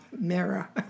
mirror